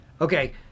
Okay